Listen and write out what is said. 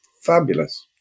fabulous